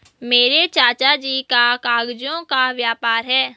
मेरे चाचा जी का कागजों का व्यापार है